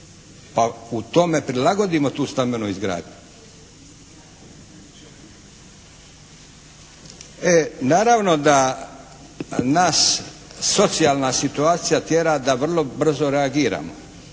a u tome prilagodimo tu stambenu izgradnju. Naravno da nas socijalna situacija tjera da vrlo brzo reagiramo,